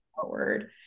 forward